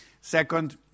Second